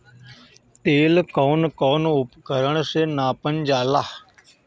तेल कउन कउन उपकरण से नापल जाला?